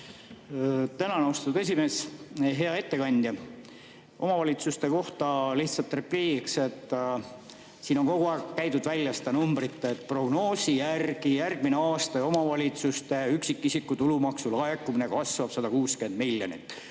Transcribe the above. Tänan, austatud esimees! Hea ettekandja! Omavalitsuste kohta lihtsalt repliigiks, et siin on kogu aeg käidud välja seda numbrit, et prognoosi järgi järgmine aasta omavalitsustele laekuv üksikisiku tulumaks kasvab 160 miljonit.